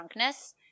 drunkness